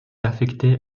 affecté